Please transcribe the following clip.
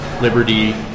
Liberty